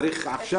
צריך עכשיו?